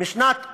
משנת 1960,